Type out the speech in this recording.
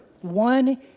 one